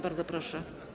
Bardzo proszę.